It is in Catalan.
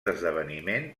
esdeveniment